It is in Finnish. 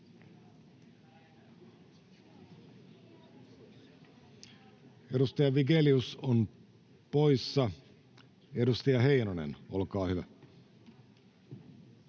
Edustaja Vigelius on poissa. — Edustaja Heinonen, olkaa hyvä.